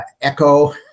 Echo